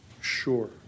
Sure